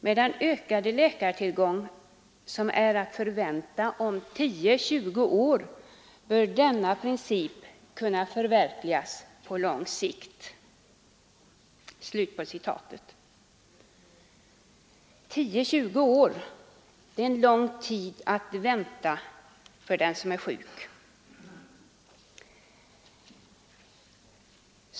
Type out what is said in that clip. Med den ökade läkartillgång, som är att förvänta om 10—20 år, bör denna princip kunna förverkligas på lång sikt.” 10—20 år är en lång tid att vänta för den som är sjuk.